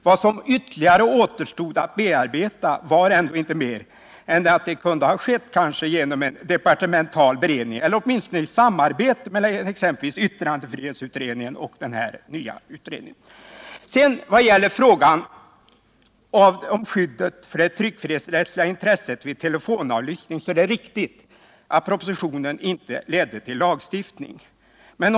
Vad som ytterligare återstod att bearbeta var ändå inte mer än att det kanske kunde ha skett genom en departemental beredning eller åtminstone i samarbete med exempelvis yttrandefrihetsutredningen och den här nya utredningen. Vad sedan gäller frågan om skyddet för det tryckfrihetsrättsliga intresset vid telefonavlyssning är det riktigt att propositionen inte ledde till lagstiftning.